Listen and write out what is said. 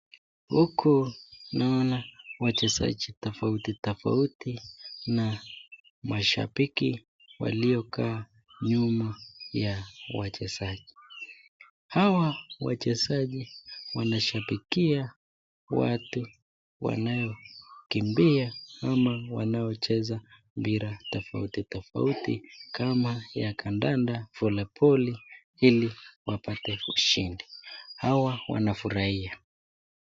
Huku naona wachezaji tofauti tofauti na mashabiki waliokaa nyuma ya wachezaji. Hawa wachezaji wanashabikia watu wanaokimbia ama wanaocheza mpira tofauti tofauti kama ya kandanda pole pole ili wapate ushindi hawa wanafurahia.